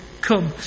come